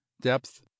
depth